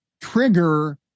trigger